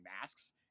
masks